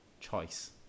choice